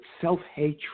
self-hatred